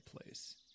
place